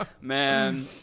Man